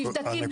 מבדקים,